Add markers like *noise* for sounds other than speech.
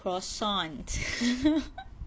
croissant *laughs*